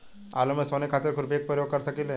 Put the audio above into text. आलू में सोहनी खातिर खुरपी के प्रयोग कर सकीले?